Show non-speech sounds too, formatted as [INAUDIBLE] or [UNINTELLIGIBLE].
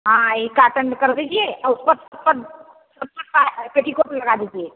हाँ यह काटन में कर दीजिए [UNINTELLIGIBLE] पेटीकोट भी लगा दीजिए